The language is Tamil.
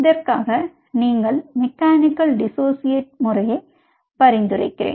இதற்காக நீங்கள் மெக்கானிக்கல் டிஸோசியேட் முறையை பரிந்துரைக்கிறேன்